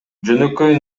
жөнөкөй